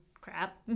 crap